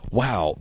wow